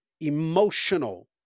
emotional